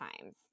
times